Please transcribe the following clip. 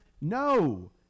no